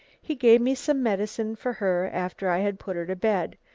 he gave me some medicine for her after i had put her to bed.